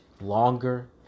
longer